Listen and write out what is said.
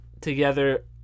together